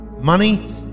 Money